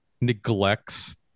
neglects